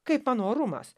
kaip mano orumas